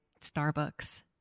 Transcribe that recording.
Starbucks